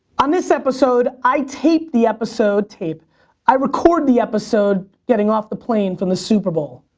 on this episode, i tape the episode tape i record the episode getting off the plane from the super bowl.